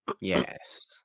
Yes